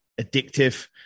addictive